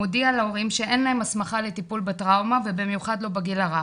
מודיע להורים שאין להם הסמכה לטיפול בטראומה ובמיוחד לא בגיל הרך.